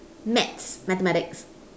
maths mathematics